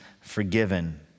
forgiven